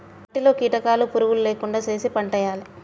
మట్టిలో కీటకాలు పురుగులు లేకుండా చేశి పంటేయాలే